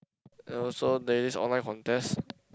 and also there is online contest